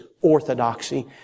orthodoxy